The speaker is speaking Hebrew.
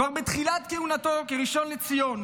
כבר בתחילת כהונתו כראשון לציון,